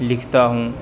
لکھتا ہوں